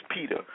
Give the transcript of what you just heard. Peter